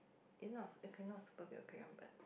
it's not a okay not a super big aquarium but